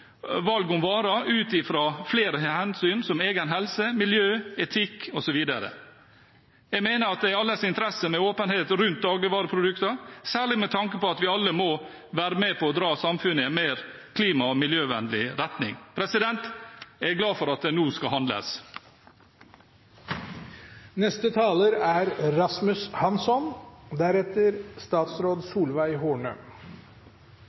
flere hensyn, som egen helse, miljø, etikk osv. Jeg mener det er i alles interesse med åpenhet rundt dagligvareprodukter, særlig med tanke på at vi alle må være med på å dra samfunnet i en mer klima- og miljøvennlig retning. Jeg er glad for at det nå skal handles. Når nordmenn blir spurt på generelt grunnlag om hva de er